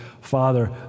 Father